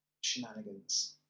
shenanigans